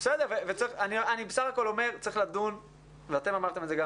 אני בסך הכול אומר ואתם אמרתם את זה גם